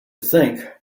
think